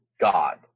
God